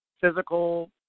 physical